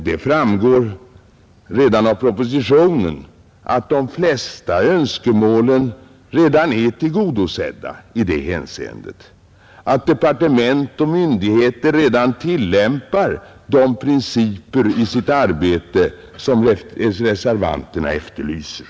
Det framgår redan av propositionen att de flesta önskemålen i det hänseendet redan är tillgodosedda, att departement och myndigheter i sitt arbete redan tillämpar de principer som reservanterna efterlyser.